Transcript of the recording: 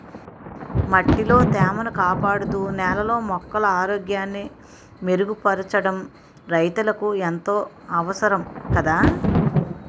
మట్టిలో తేమను కాపాడుతూ, నేలలో మొక్కల ఆరోగ్యాన్ని మెరుగుపరచడం రైతులకు ఎంతో అవసరం కదా